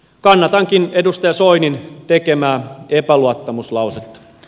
kannatankin edustaja soinin tekemää epäluottamuslausetta